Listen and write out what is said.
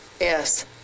Yes